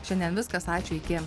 šiandien viskas ačiū iki